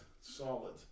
solid